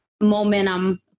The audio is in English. momentum